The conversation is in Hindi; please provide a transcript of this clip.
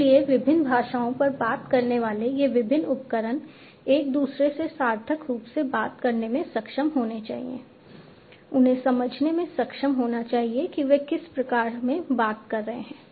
इसलिए विभिन्न भाषाओं पर बात करने वाले ये विभिन्न उपकरण एक दूसरे से सार्थक रूप से बात करने में सक्षम होने चाहिए उन्हें समझने में सक्षम होना चाहिए कि वे किस बारे में बात कर रहे हैं